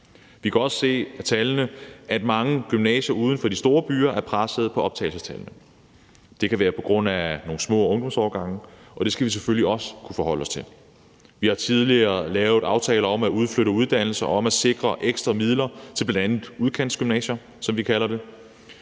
Vi kan også se af tallene, at mange gymnasier uden for de store byer er pressede på optagelsestallene. Det kan være på grund af nogle små ungdomsårgange, og det skal vi selvfølgelig også kunne forholde os til. Vi har tidligere lavet aftaler om at udflytte uddannelser og om at sikre ekstra midler til bl.a. udkantsgymnasier, som vi kalder dem,